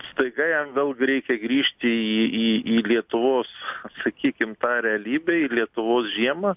staiga jam vėl reikia grįžti į į į lietuvos sakykim tą realybę į lietuvos žiemą